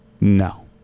No